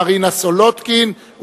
מרינה סולודקין,